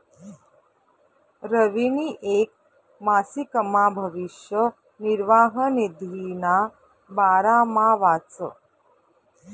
रवीनी येक मासिकमा भविष्य निर्वाह निधीना बारामा वाचं